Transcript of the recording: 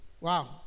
wow